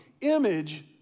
image